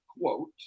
quote